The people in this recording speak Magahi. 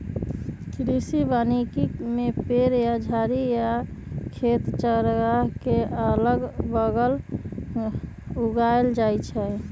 कृषि वानिकी में पेड़ या झाड़ी खेत या चारागाह के अगल बगल उगाएल जाई छई